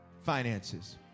finances